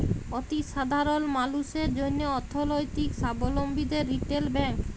অতি সাধারল মালুসের জ্যনহে অথ্থলৈতিক সাবলম্বীদের রিটেল ব্যাংক